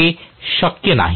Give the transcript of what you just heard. ते शक्य नाही